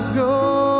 go